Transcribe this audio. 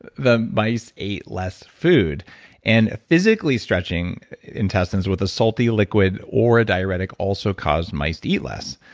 the mice ate less food and physically stretching intestines with a salty liquid or a diuretic also caused mice to eat less.